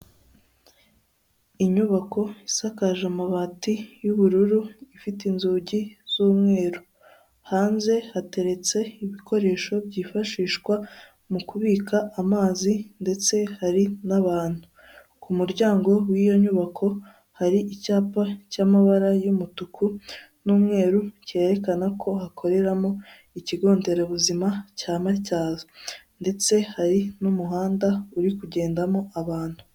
Inyubako isakaje amabati y'ubururu ifite inzugi z'umweru hanze hateretse ibikoresho byifashishwa mu kubika amazi ndetse hari n'abantu ku muryango w'iyo nyubako hari icyapa cy'amabara y'umutuku n'umweru cyerekana ko hakoreramo ikigo nderabuzima cya Matyazo ndetse hari n'umuhanda uri kugendamo abantu.